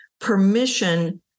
permission